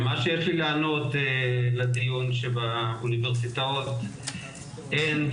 מה שיש לי לענות לדיון שבאוניברסיטאות אין,